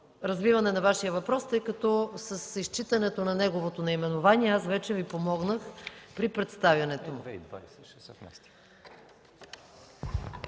развиване на Вашия въпрос, тъй като с изчитането на неговото наименование вече Ви помогнах при представянето